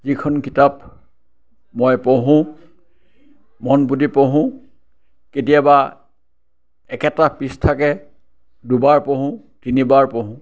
যিখন কিতাপ মই পঢ়োঁ মনপুতি পঢ়োঁ কেতিয়াবা একেটা পৃষ্ঠাকে দুবাৰ পঢ়োঁ তিনিবাৰ পঢ়োঁ